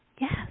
Yes